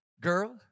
Girl